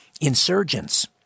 Insurgents